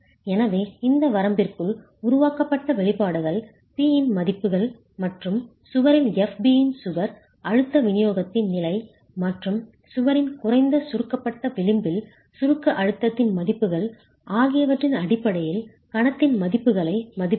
எனவே இந்த வரம்பிற்குள் உருவாக்கப்பட்ட வெளிப்பாடுகள் P இன் மதிப்புகள் மற்றும் சுவரில் Fb இன் சுவர் அழுத்த விநியோகத்தின் நிலை மற்றும் சுவரின் குறைந்த சுருக்கப்பட்ட விளிம்பில் சுருக்க அழுத்தத்தின் மதிப்புகள் ஆகியவற்றின் அடிப்படையில் கணத்தின் மதிப்புகளை மதிப்பிடவும்